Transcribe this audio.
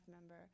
member